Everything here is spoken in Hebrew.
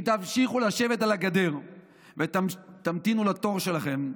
אם תמשיכו לשבת על הגדר ותמתינו לתור שלכם,